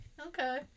okay